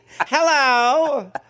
Hello